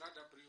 למשרד הבריאות,